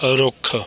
ਰੁੱਖ